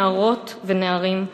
נערות ונערים,